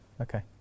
okay